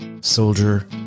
Soldier